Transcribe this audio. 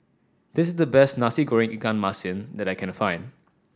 this is the best Nasi Goreng Ikan Masin that I can find